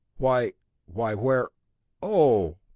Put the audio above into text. why why where ohhh!